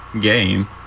game